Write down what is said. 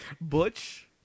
Butch